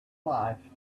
life